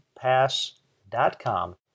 pass.com